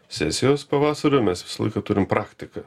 sesijos pavasario mes visą laiką turim praktiką